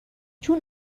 چون